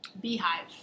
beehive